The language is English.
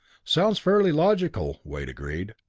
sounds fairly logical. wade agreed.